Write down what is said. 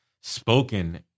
spoken